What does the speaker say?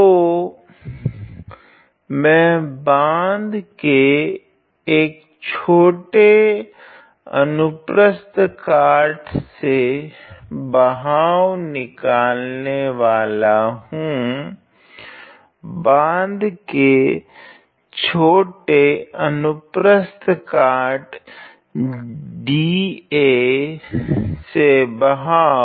तो मैं बांध के एक छोटे अनुप्रस्थ काट से बहाव निकालने वाला हूँ बाँध के छोटे अनुप्रस्थ काट dA से बहाव